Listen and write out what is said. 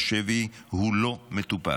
בשבי הוא לא מטופל.